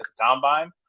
combine